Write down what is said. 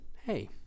hey